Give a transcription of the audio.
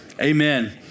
Amen